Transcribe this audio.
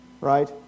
right